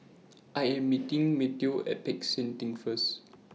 I Am meeting Mateo At Peck San Theng First